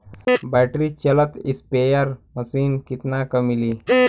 Battery चलत sprayer machine कितना क मिली?